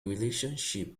relationship